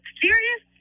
serious